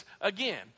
again